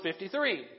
53